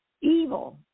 evil